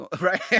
Right